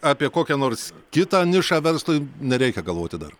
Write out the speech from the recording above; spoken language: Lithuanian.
apie kokią nors kitą nišą verslui nereikia galvoti dar